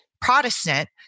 Protestant